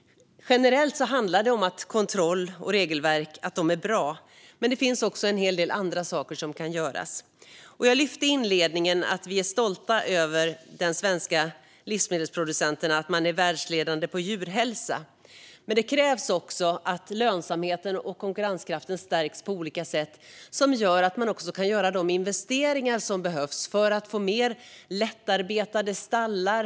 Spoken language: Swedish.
Generellt handlar det om att kontroll och regelverk är bra, men det finns också en hel del andra saker som kan göras. Jag lyfte i inledningen fram att vi är stolta över de svenska livsmedelsproducenterna, som är världsledande när det gäller djurhälsa. Men det krävs också att lönsamheten och konkurrenskraften stärks på olika sätt, så att de kan göra de investeringar som behövs för att få mer lättarbetade stallar.